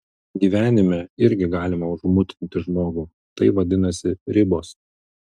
gyvenime irgi galima užmutinti žmogų tai vadinasi ribos